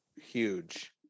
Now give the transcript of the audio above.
huge